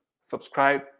Subscribe